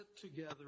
together